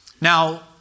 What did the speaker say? Now